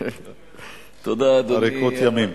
אריכות ימים.